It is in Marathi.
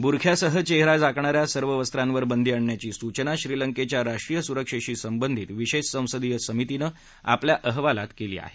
बुरख्यासह चेहरा झाकणाऱ्या सर्व वस्त्रांवर बंदी आणण्याची सूचना श्रीलंकेच्या राष्ट्रीय सुरक्षेशी संबंधित विशेष संसदीय समितीनं आपल्या अहवालात केली आहे